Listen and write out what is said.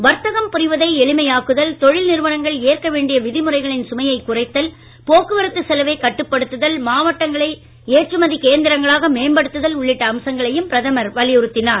வர்த்தகம் புரிவதை எளிமையாக்குதல் தொழில் நிறுவனங்கள் ஏற்கவேண்டிய விதிமுறைகளின் சுமையைக் குறைத்தல் போக்குவரத்து செலவைக் கட்டுப்படுத்துதல் மாவட்டங்களை ஏற்றுமதி கேந்திரங்களாக மேம்படுத்துதல் உள்ளிட்ட அம்சங்களையும் பிரதமர் வலியுறுத்தினார்